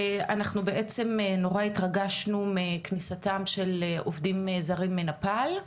ואנחנו בעצם נורא התרגשנו מכניסתם של עובדים זרים מנפאל,